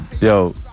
Yo